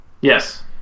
Yes